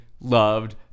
loved